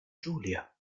giulia